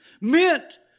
meant